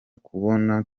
kubona